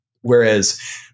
Whereas